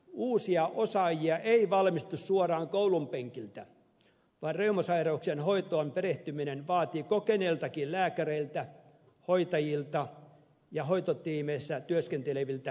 uusia osaajia ei valmistu suoraan koulunpenkiltä vaan reumasairauksien hoitoon perehtyminen vaatii kokeneiltakin lääkäreiltä hoitajilta ja hoitotiimeissä työskenteleviltä vuosia